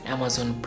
Amazon